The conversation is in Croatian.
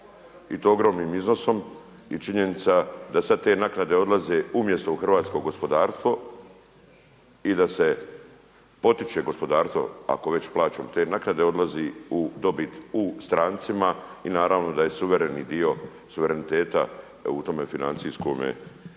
i to ogromnim iznosom. I činjenica da sad te naknade odlaze umjesto u hrvatsko gospodarstvo i da se potiče gospodarstvo ako već plaćamo te naknade odlazi dobit strancima i naravno da je suvereni dio suvereniteta da u tome financijskome,